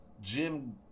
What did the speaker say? Jim